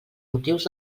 motius